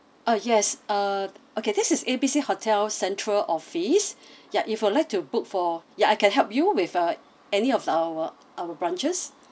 uh yes uh okay this is A B C hotel central office ya if you'd like to book for ya I can help you with uh any of our our branches